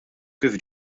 kif